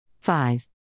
five